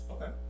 Okay